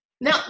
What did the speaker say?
Now